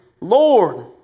Lord